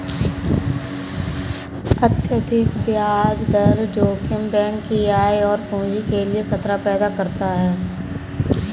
अत्यधिक ब्याज दर जोखिम बैंक की आय और पूंजी के लिए खतरा पैदा करता है